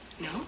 No